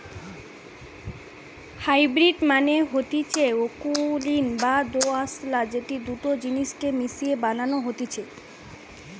hybrid মানে হতিছে অকুলীন বা দোআঁশলা যেটি দুটা জিনিস কে মিশিয়ে বানানো হতিছে